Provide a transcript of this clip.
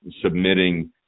submitting